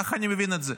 ככה אני מבין את זה.